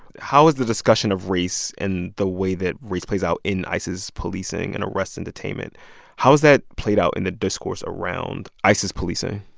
how is the discussion of race and the way that race plays out in ice's policing and arrests and detainment how is that played out in the discourse around ice's policing?